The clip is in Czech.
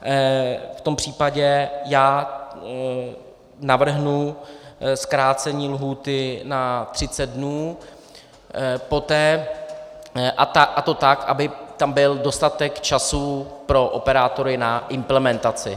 V tom případě já navrhnu zkrácení lhůty na 30 dnů poté, a to tak, aby tam byl dostatek času pro operátory na implementaci.